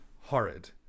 horrid